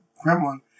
Kremlin